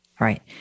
Right